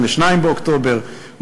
באוקטובר בשכם,